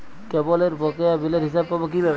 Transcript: কেবলের বকেয়া বিলের হিসাব পাব কিভাবে?